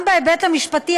גם בהיבט המשפטי,